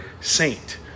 saint